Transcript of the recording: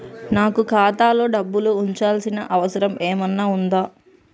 నాకు ఖాతాలో డబ్బులు ఉంచాల్సిన అవసరం ఏమన్నా ఉందా?